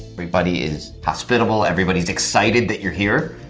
everybody is hospitable. everybody is excited that you're here.